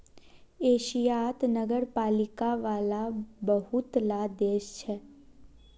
एशियात नगरपालिका वाला बहुत ला देश छे